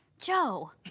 Joe